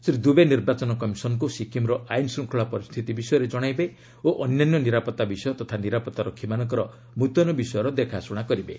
ଶ୍ରୀ ଦୁବେ ନିର୍ବାଚନ କମିଶନକୁ ସିକିମ୍ର ଆଇନ୍ ଶୃଙ୍ଖଳା ପରିସ୍ଥିତି ବିଷୟରେ ଜଣାଇବେ ଓ ଅନ୍ୟାନ୍ୟ ନିରାପତ୍ତା ବିଷୟ ତଥା ନିରାପତ୍ତାରକ୍ଷୀମାନଙ୍କର ମୁତୟନ ବିଷୟର ଦେଖାଶୁଣା କରିବେ